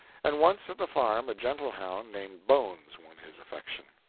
and once at the farm a gentle hound named bones won his affection.